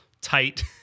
tight